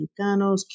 Mexicanos